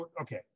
okay